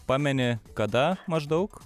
pameni kada maždaug